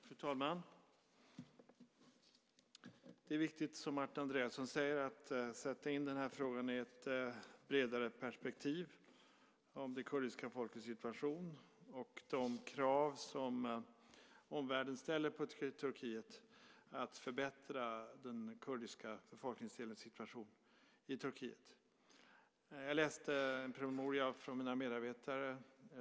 Fru talman! Det är viktigt, som Martin Andreasson säger, att man sätter in den här frågan i ett bredare perspektiv om det kurdiska folkets situation och de krav som omvärlden ställer på ett fritt Turkiet att förbättra den kurdiska befolkningsgruppens situation. Jag läste i helgen en promemoria från mina medarbetare.